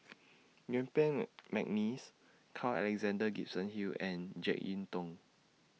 Yuen Peng Mcneice Carl Alexander Gibson Hill and Jek Yeun Thong